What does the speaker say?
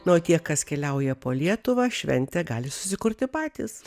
na o tie kas keliauja po lietuvą šventę gali susikurti patys